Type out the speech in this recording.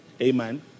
Amen